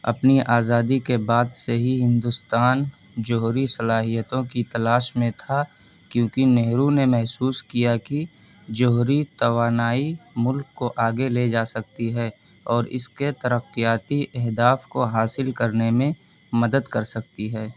اپنی آزادی کے بعد سے ہی ہندوستان جوہری صلاحیتوں کی تلاش میں تھا کیونکہ نہرو نے محسوس کیا کہ جوہری توانائی ملک کو آگے لے جا سکتی ہے اور اس کے ترقیاتی اہداف کو حاصل کرنے میں مدد کر سکتی ہے